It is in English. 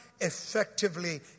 effectively